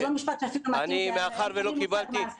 זה לא משפט --- אין לי מושג מה זה.